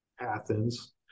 Athens